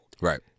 Right